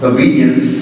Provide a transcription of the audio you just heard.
Obedience